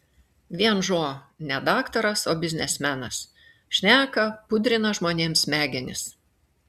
vienžo ne daktaras o biznismenas šneka pudrina žmonėms smegenis